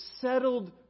settled